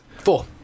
Four